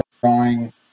drawing